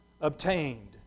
obtained